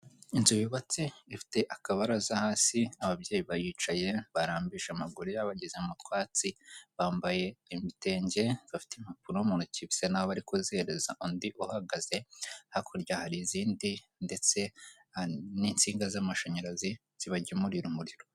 Inzu yubatse ifite akabaraza hasi, ababyeyi baricaye barambije amaguru yabo ageze mu twatsi, bambaye ibitenge bafite impapuro mu ntoki bisa n'aho bari kuzihereza undi uhagaze, hakurya hari izindi ndetse n'insinga z'amashanyarazi zibagemurira umuriro.